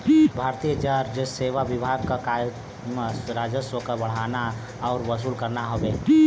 भारतीय राजसेवा विभाग क काम राजस्व क बढ़ाना आउर वसूल करना हउवे